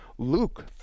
Luke